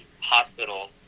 hospital